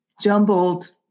jumbled